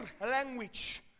language